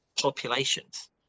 populations